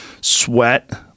sweat